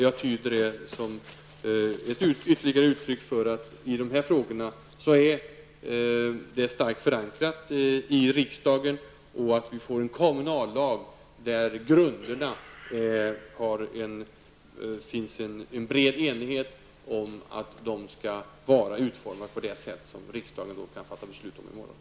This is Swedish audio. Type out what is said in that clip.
Det tyder jag som ett ytterligare uttryck för dels att dessa frågor är starkt förankrade i riksdagen, dels att vi får en komunallag kring vilken det finns en bred enighet om att grunderna skall vara utformade på det sätt som riksdagen i morgon kan fatta beslut om.